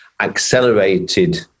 accelerated